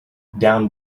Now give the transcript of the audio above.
down